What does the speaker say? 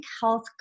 health